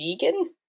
vegan